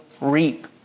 reap